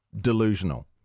delusional